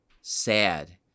sad